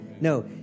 No